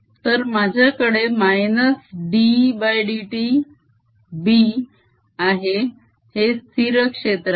तर माझ्याकडे -ddt आहे हे स्थिर क्षेत्र आहे